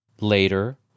Later